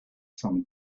some